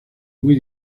muy